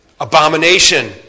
abomination